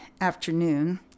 afternoon